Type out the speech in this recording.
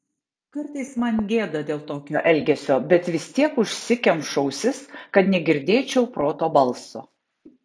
kartais man gėda dėl tokio elgesio bet vis tiek užsikemšu ausis kad negirdėčiau proto balso